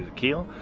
keel,